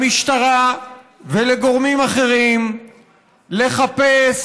למשטרה ולגורמים אחרים, לחפש,